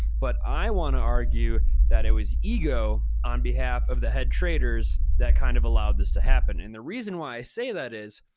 but i wanna argue that it was ego on behalf of the head traders that kind of allowed this to happen. and the reason why i say that is,